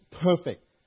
perfect